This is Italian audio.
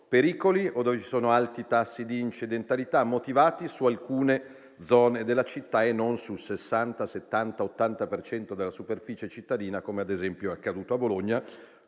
pericoli o dove sono alti i tassi di incidentalità, motivati su alcune zone della città e non sul 60, 70, 80 per cento della superficie cittadina, come ad esempio accaduto a Bologna.